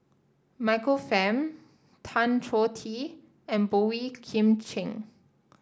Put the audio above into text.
Michael Fam Tan Choh Tee and Boey Kim Cheng